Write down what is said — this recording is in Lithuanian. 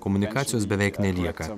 komunikacijos beveik nelieka